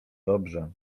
dobrze